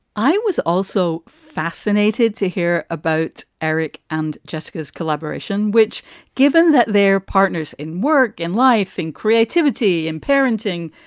i was also fascinated to hear about eric and jessica's collaboration, which given that their partners in work and life and creativity and parenting,